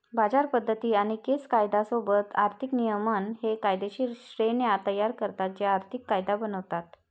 बाजार पद्धती आणि केस कायदा सोबत आर्थिक नियमन हे कायदेशीर श्रेण्या तयार करतात जे आर्थिक कायदा बनवतात